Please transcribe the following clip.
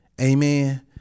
amen